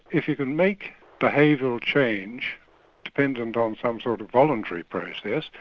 if you can make behavioural change dependent on some sort of voluntary process.